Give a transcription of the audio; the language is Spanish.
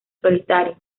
solitario